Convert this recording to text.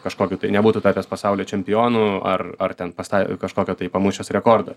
kažkokiu tai nebūtų tapęs pasaulio čempionu ar ar ten pasta kažkokio tai pamušęs rekordo